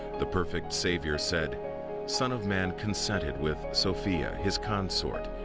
the perfect savior said son of man consented with sophia, his consort,